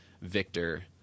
Victor